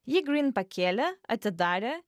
jį gryn pakėlė atidarė